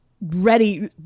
ready